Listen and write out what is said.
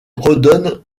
redonne